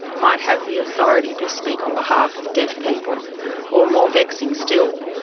might have the authority to speak on behalf of deaf people or more vexing still,